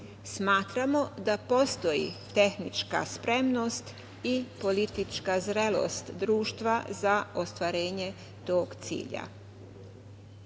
Smatramo da postoji tehnička spremnost i politička zrelost društva za ostvarenje tog